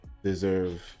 deserve